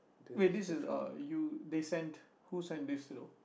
wait this is uh you they sent who sent this hello